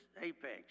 apex